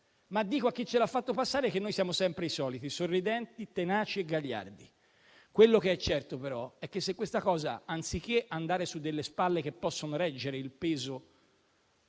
ma dico a chi ce l'ha fatto passare che noi siamo sempre i soliti: sorridenti, tenaci e gagliardi. Quello che è certo, però, è che se questa cosa, anziché andare su delle spalle che possono reggere il peso